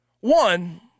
one